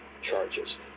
charges